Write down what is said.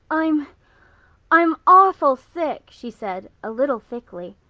i'm i'm awful sick, she said, a little thickly.